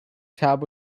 tab